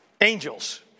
angels